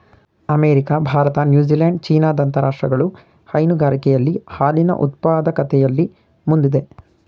America, Bharat, New Zealand, China ದಂತ ರಾಷ್ಟ್ರಗಳು ಹೈನುಗಾರಿಕೆಯಲ್ಲಿ ಹಾಲಿನ ಉತ್ಪಾದಕತೆಯಲ್ಲಿ ಮುಂದಿದೆ